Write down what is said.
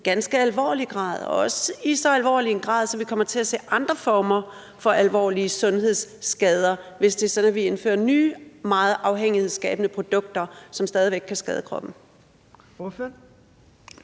ganske alvorlig grad, også i så alvorlig en grad, at vi kommer til at se andre former for alvorlige sundhedsskader, hvis det er sådan, at vi indfører nye meget afhængighedsskabende produkter, som stadig væk kan skade kroppen.